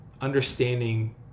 understanding